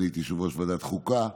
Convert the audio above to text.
אני לא מתמטיקאי